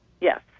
Yes